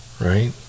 right